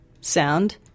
sound